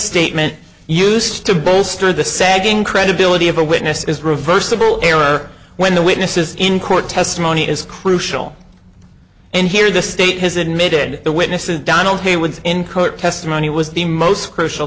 statement used to bolster the sagging credibility of a witness is reversible error when the witnesses in court testimony is crucial and here the state has admitted the witness is donald heywood's in court testimony was the most crucial